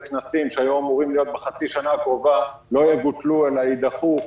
והן כנסים שהיו אמורים להיות בחצי השנה הקרובה לא יבוטלו אלא יידחו.